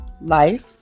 life